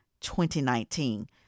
2019